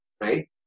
Right